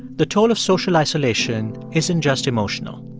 the toll of social isolation isn't just emotional.